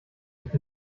nicht